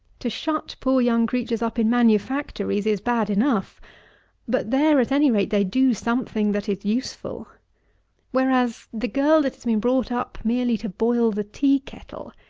to shut poor young creatures up in manufactories is bad enough but there, at any rate, they do something that is useful whereas, the girl that has been brought up merely to boil the tea-kettle,